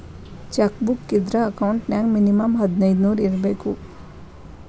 check book ಇದ್ರ account ನ್ಯಾಗ minimum ಹದಿನೈದ್ ನೂರ್ ಇರ್ಬೇಕು